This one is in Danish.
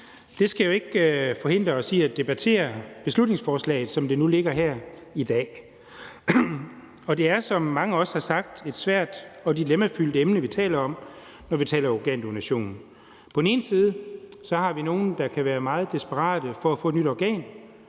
det skal jo ikke forhindre os i at debattere beslutningsforslaget, som det nu ligger her i dag. Det er, som mange også har sagt, et svært og dilemmafyldt emne, vi taler om, når vi taler organdonation. På den ene side har vi nogle, der kan være meget desperate for at få et nyt organ,